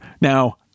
Now